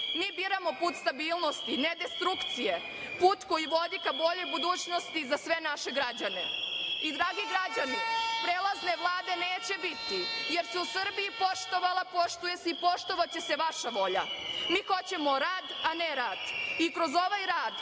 Mi biramo put stabilnosti, ne destrukcije, put koji vodi ka boljom budućnosti za sve naše građane. Dragi građani, prelazne Vlade neće biti, jer se u Srbiji poštovala, poštuje se i poštovaće se vaša volja. Mi hoćemo rad, a ne rat. I kroz ovaj rad,